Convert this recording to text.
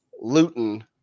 Luton